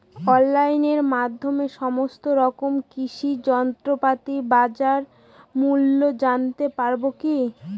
অনলাইনের মাধ্যমে সমস্ত রকম কৃষি যন্ত্রপাতির বাজার মূল্য জানতে পারবো কি?